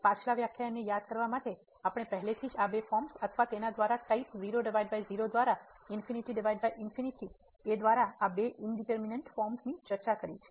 પાછલા વ્યાખ્યાનને યાદ કરવા માટે આપણે પહેલાથી જ આ બે ફોર્મ્સ અથવા તેના દ્વારા ટાઇપ 00 દ્વારા ઈન્ફીનીટીઈન્ફીનીટી દ્વારા આ બે ઇનડીટરમીનેટ ફોર્મ્સની ચર્ચા કરી છે